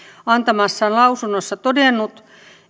antamassaan lausunnossa todennut